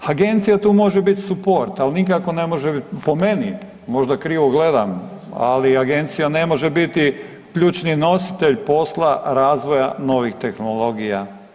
Agencija tu može bit suport, al nikako ne može bit, po meni, možda krivo gledam, ali agencija ne može biti ključni nositelj posla razvoja novih tehnologija.